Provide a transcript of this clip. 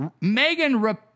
Megan